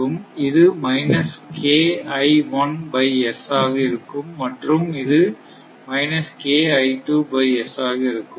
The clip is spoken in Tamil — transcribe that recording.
இது ஆக இருக்கும் மற்றும் இது ஆக இருக்கும்